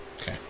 Okay